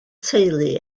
teulu